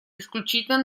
исключительно